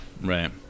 right